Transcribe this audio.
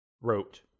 wrote